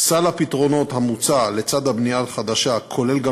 סל הפתרונות המוצע לצד הבנייה החדשה כולל גם